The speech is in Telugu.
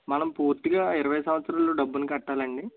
మనం పూర్తిగా ఇరవై సంవ త్సరాలు డబ్బులు కట్టాలాండి